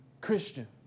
Christian